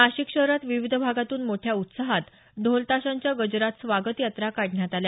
नाशिक शहरात विविध भागातून मोठ्या उत्साहात ढोलताशांच्या गजरात स्वागत यात्रा काढण्यात आल्या